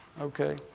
Okay